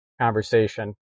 conversation